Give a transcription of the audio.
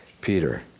Peter